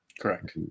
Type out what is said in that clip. Correct